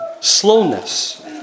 slowness